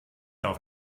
auf